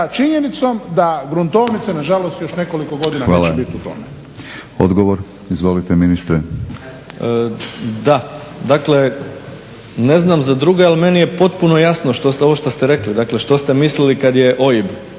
činjenicom da gruntovnica nažalost još nekoliko godina neće biti u tome. **Batinić, Milorad (HNS)** Hvala. Odgovor, izvolite ministre. **Bauk, Arsen (SDP)** Da, dakle ne znam za druge ali meni je potpuno jasno ovo što ste rekli dakle što ste mislili kada je OIB